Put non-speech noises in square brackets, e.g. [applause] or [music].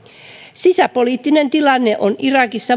sisäpoliittinen tilanne on irakissa [unintelligible]